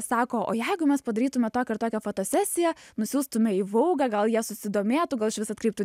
sako o jeigu mes padarytume tokią ir tokią fotosesiją nusiųstume į vougą gal jie susidomėtų gal išvis atkreiptų